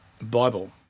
Bible